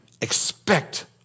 expect